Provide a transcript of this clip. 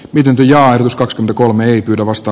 nyt yli ajatus kaks kolme ehdokasta